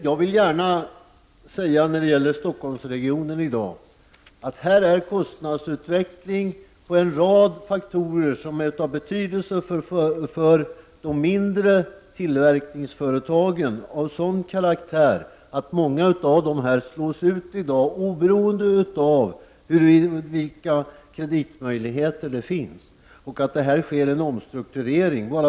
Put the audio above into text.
Jag vill gärna säga när det gäller Stockholmsregionen i dag att här är kostnadsutvecklingen och en rad andra faktorer av betydelse för de mindre tillverkningsföretagen av sådan karaktär att många av dem slås ut oberoende av vilka kreditmöjligheter som finns. Här sker en omstrukturering.